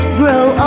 grow